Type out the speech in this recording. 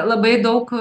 labai daug